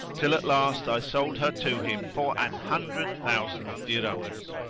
till at last i sold her to him for an hundred thousand dirhams.